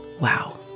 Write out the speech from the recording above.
Wow